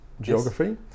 geography